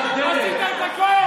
עשית את הכול.